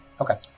Okay